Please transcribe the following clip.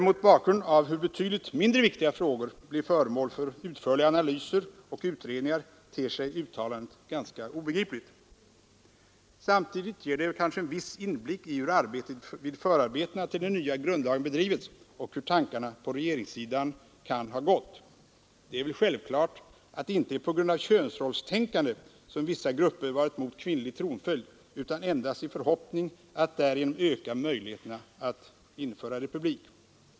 Mot bakgrund av hur betydligt mindre viktiga frågor blir föremål för utförliga analyser och utredningar ter sig uttalandet ganska obegripligt. Samtidigt ger det en viss inblick i hur förarbetena till den nya grundlagen bedrivits och hur tankarna på regeringssidan kan ha gått. Det är väl självklart att det inte är på grund av könsrollstänkande som vissa grupper varit mot kvinnlig tronföljd utan endast i förhoppning att därigenom öka möjligheterna att införa republik.